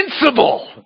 Invincible